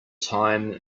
time